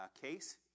Case